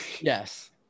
yes